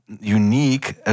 unique